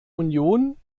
union